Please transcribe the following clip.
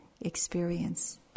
experience